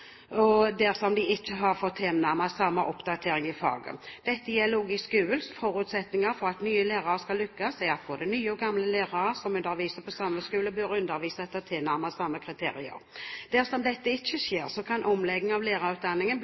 dersom de ikke har fått tilnærmet samme oppdatering i faget. Dette gjelder også i skolen. Forutsetningen for at nye lærere skal lykkes, er at både nye og gamle lærere som underviser på samme skole, bør undervise etter tilnærmet samme kriterier. Dersom dette ikke skjer, kan omleggingen av lærerutdanningen